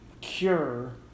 cure